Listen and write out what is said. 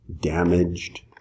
damaged